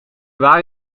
waren